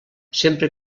sempre